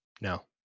no